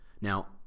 Now